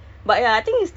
ya